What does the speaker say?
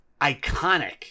iconic